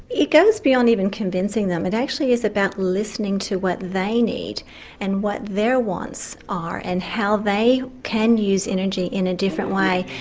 it goes beyond even convincing them, it actually is about listening to what they need and what their wants are and how they can use energy in a different way.